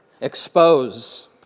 expose